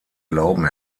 glauben